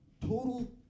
total